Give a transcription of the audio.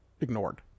ignored